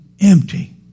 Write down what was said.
Empty